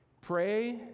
Pray